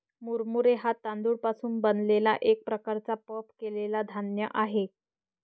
मुरमुरे हा तांदूळ पासून बनलेला एक प्रकारचा पफ केलेला धान्य आहे